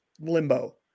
limbo